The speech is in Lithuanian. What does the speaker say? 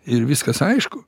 ir viskas aišku